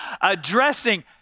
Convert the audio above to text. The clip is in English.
addressing